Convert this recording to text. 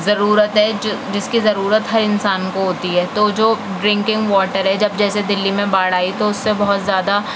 ضرورت ہے جو جس کی ضرورت ہر انسان کو ہوتی ہے تو جو ڈرنکنگ واٹر ہے جب جیسے دلی میں باڑھ آئی تو اس سے بہت زیادہ